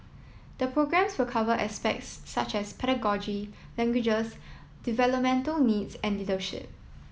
the programmes will cover aspects such as pedagogy languages developmental needs and leadership